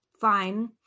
fine